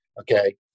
Okay